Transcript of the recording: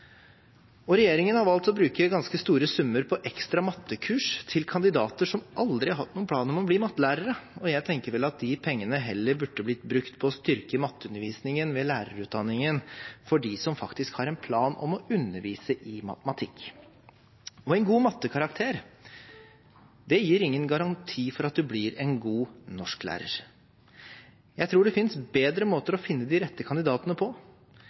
Regjeringen har valgt å bruke ganske store summer på ekstra mattekurs til kandidater som aldri har hatt noen plan om å bli mattelærere, og jeg tenker at de pengene heller burde blitt brukt til å styrke matteundervisningen ved lærerutdanningen for dem som faktisk har en plan om å undervise i matematikk. En god mattekarakter gir ingen garanti for at man blir en god norsklærer. Jeg tror det finnes bedre måter å finne de rette kandidatene på,